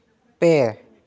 ᱯᱮ